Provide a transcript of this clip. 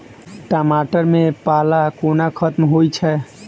टमाटर मे पाला कोना खत्म होइ छै?